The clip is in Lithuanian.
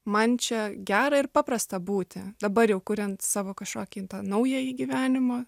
man čia gera ir paprasta būti dabar jau kuriant savo kažkokį tą naująjį gyvenimą